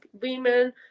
women